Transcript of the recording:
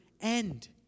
end